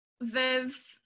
Viv